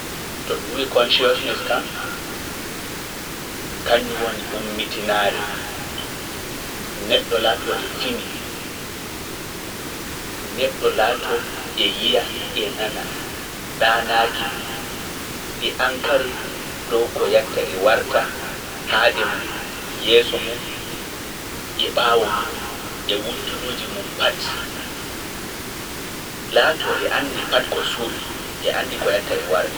To ɗum wiye consciousness kan, kanjum woni ummitinaare, neɗɗo laatoo e fini, neɗɗo laatoo e yiya e nana, ɗaanaaki, e ankari dow ko yetta e warta haade mum, yeeso mum, e ɓaawo mum e wuttuɗuuji mum pati, laatoo e andi pati ko suuɗi, e andi ko yetta e warta.